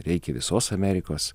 reikia visos amerikos